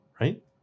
right